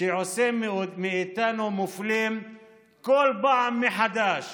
שעושה מאיתנו מופלים כל פעם מחדש